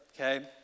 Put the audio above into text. okay